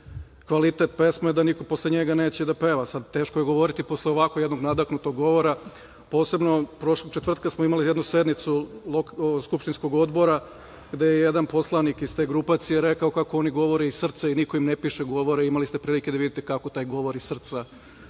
kvalitet pesme da niko posle njega neće da peva. Teško je sad govoriti posle ovako jednog nadahnutog govora, posebno, prošlog četvrtka smo imali jednu sednicu skupštinskog odbora gde je jedan poslanik iz te grupacije rekao kako oni govore iz srca i niko im ne piše govore, a imali ste prilike da vidite kako taj govor iz srca